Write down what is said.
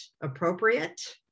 appropriate